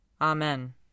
Amen